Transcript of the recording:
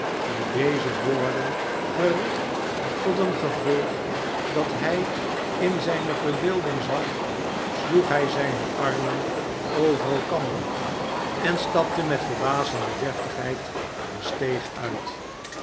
met deze woorden gericht tot een gevolg dat hij in zijne verbeelding zag sloeg hij zijne armen over elkander en stapte met verbazends deftigheid de steeg uit